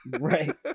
Right